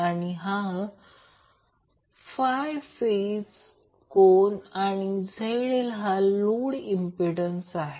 आणि हा ∅ फेज कोन आणि ZL हा लोड इंम्प्पिडन्स आहे